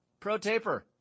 Protaper